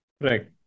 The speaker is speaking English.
Right